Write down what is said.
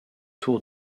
tour